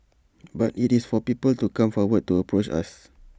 but IT is for people to come forward to approach us